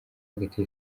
hagati